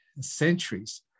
centuries